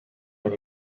when